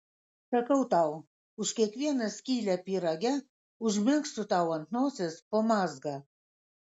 sakau tau už kiekvieną skylę pyrage užmegsiu tau ant nosies po mazgą